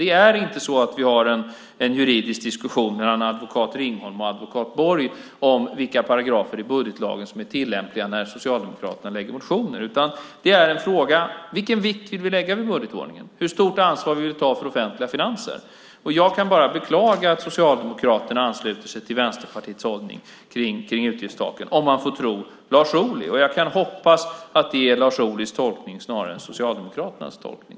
Vi har inte en juridisk diskussion mellan advokat Ringholm och advokat Borg om vilka paragrafer i budgetlagen som är tillämpliga när Socialdemokraterna väcker motioner, utan diskussionen gäller vilken vikt vi vill tillmäta budgetordningen och hur stort ansvar vi vill ta för offentliga finanser. Jag kan bara beklaga att Socialdemokraterna ansluter sig till Vänsterpartiets hållning när det gäller utgiftstaken, om man nu får tro Lars Ohly. Jag kan hoppas att det är Lars Ohlys tolkning snarare än Socialdemokraternas tolkning.